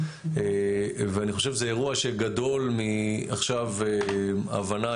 ואני חושב שזה אירוע שגדול עכשיו מההבנה